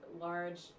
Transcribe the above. large